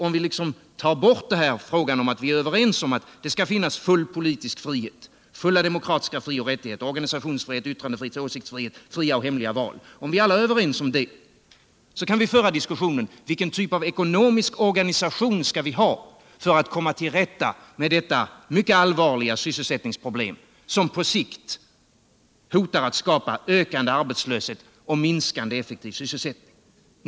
Om vi således tar bort den här frågan ur diskussionen, och om vi alla är överens om att det skall finnas full politisk frihet, fulla demokratiska fri och rättigheter — organisationsfrihet, yttrandefrihet, åsiktsfrihet, fria och hemliga " val — då kan vi diskutera vilken typ av ekonomisk organisation vi skall ha för att kunna komma till rätta med detta mycket allvarliga sysselsättningsproblem som på sikt hotar att skapa ökande arbetslöshet och minskande effektiv sysselsättning.